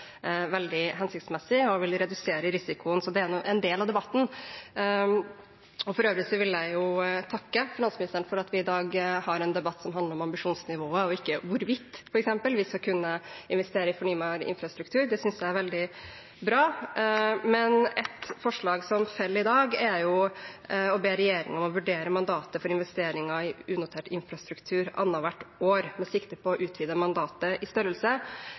veldig hensiktsmessig og vil redusere risikoen. Så det er en del av debatten. For øvrig vil jeg takke finansministeren for at vi i dag har en debatt som handler om ambisjonsnivået og ikke om hvorvidt vi f.eks. skal kunne investere i fornybar infrastruktur. Det synes jeg er veldig bra. Men et forslag som faller i dag, er å be regjeringen vurdere mandatet for investeringer i unotert infrastruktur annethvert år, med sikte på å utvide mandatet i størrelse.